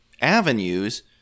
avenues